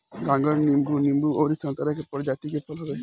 गागर नींबू, नींबू अउरी संतरा के प्रजाति के फल हवे